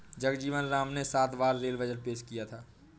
जगजीवन राम ने सात बार रेल बजट पेश किया था